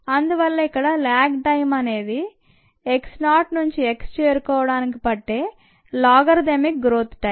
అందువల్ల ఇక్కడ lag time అనేది x 0 నుంచి x చేరుకోడానికి పట్టే లాగరిథమిక్ గ్రోత్ టైం